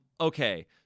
Okay